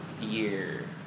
year